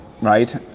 right